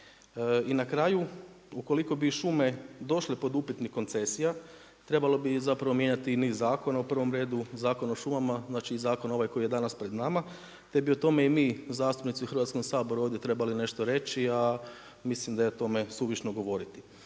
I na kraju ukoliko bi šume došle pod upitnik koncesija trebalo bi zapravo mijenjati niz zakona, u prvom redu Zakon o šumama, znači i Zakon ovaj koji je danas pred nama te bi o tome i mi zastupnici u Hrvatskom saboru ovdje trebali nešto reći a mislim da je o tome suvišno govoriti.